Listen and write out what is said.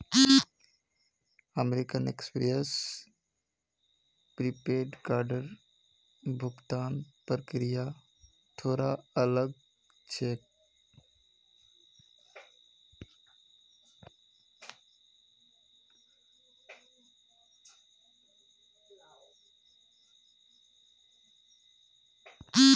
American Express prepaid कार्डेर भुगतान प्रक्रिया थोरा अलग छेक